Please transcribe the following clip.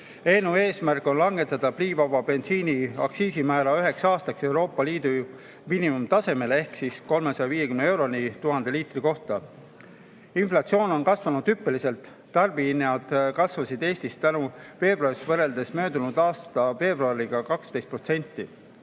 Eelnõu eesmärk on langetada pliivaba bensiini aktsiisimäär üheks aastaks Euroopa Liidu miinimumtasemele ehk 350 euroni 1000 liitri kohta. Inflatsioon on kasvanud hüppeliselt. Tarbijahinnad kasvasid Eestis tänavu veebruaris võrreldes möödunud aasta veebruariga 12%.